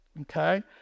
Okay